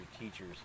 teachers